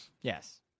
Yes